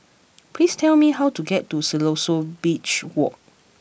please tell me how to get to Siloso Beach Walk